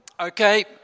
Okay